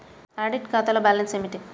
Audit ఖాతాలో balance ఏమిటీ?